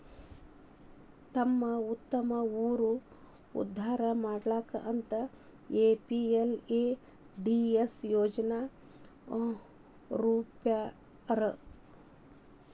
ತಮ್ಮ್ತಮ್ಮ ಊರ್ ಉದ್ದಾರಾ ಮಾಡ್ಲಿ ಅಂತ ಎಂ.ಪಿ.ಎಲ್.ಎ.ಡಿ.ಎಸ್ ಯೋಜನಾ ರೂಪ್ಸ್ಯಾರ